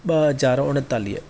ॿ हज़ार उणेतालीह